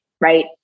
right